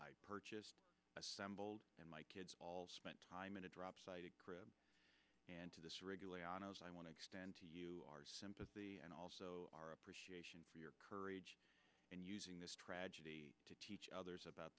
s purchased assembled and my kids all spent time in a drop sighted career and to this regularly honors i want to extend to you our sympathy and also our appreciation for your courage and using this tragedy to teach others about